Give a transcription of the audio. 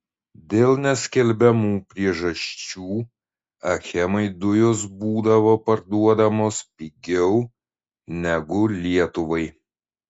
dėl neskelbiamų priežasčių achemai dujos būdavo parduodamos pigiau negu lietuvai